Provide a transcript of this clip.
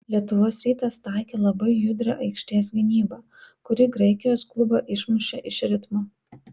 lietuvos rytas taikė labai judrią aikštės gynybą kuri graikijos klubą išmušė iš ritmo